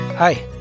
Hi